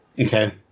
Okay